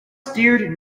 steered